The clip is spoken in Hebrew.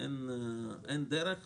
אין דרך אחרת,